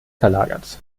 verlagert